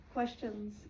Questions